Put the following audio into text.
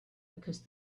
because